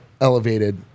elevated